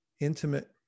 intimate